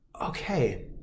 okay